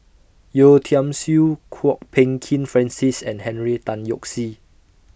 Yeo Tiam Siew Kwok Peng Kin Francis and Henry Tan Yoke See